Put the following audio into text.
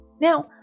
Now